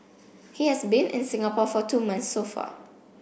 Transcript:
he has been in Singapore for two months so far